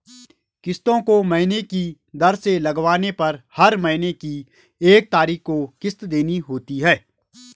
किस्तों को महीने की दर से लगवाने पर हर महीने की एक तारीख को किस्त देनी होती है